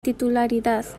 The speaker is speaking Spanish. titularidad